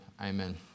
amen